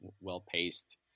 well-paced